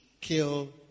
kill